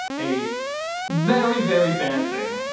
a very, very bad thing.